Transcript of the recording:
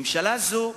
ממשלה זו